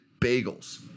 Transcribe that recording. bagels